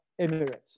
Emirates